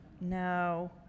No